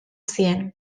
zien